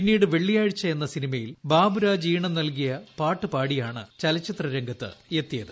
പിന്നീട് വെള്ളിയാഴ്ച എന്ന സിനിമയിൽ ബാബുരാജ് ഈണം നൽകിയ പാട്ട് പാടിയാണ് ചലച്ചിത്ര രംഗത്ത് എത്തിയത്